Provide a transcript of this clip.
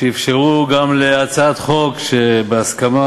שאפשרו גם להצעת חוק שבהסכמה,